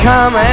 Come